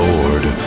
Lord